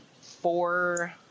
Four